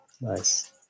nice